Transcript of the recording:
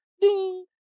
ding